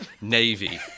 navy